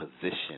position